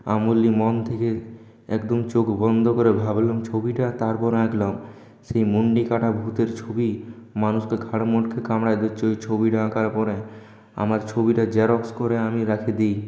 আমি বললাম মন থেকে একদম চোখ বন্ধ করে ভাবলাম ছবিটা তারপর আঁকলাম সেই মুণ্ডকাটা ভূতের ছবি মানুষকে ঘাড় মটকে কামড়ে দিচ্ছে ওই ছবিটা আঁকার পরে আমার ছবিটা জেরক্স করে আমি রেখে দিই